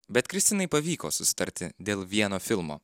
bet kristinai pavyko susitarti dėl vieno filmo